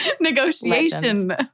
Negotiation